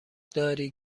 داری